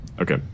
okay